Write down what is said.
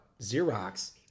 Xerox